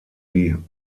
die